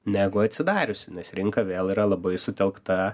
negu atsidariusių nes rinka vėl yra labai sutelkta